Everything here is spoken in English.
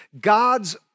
God's